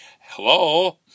hello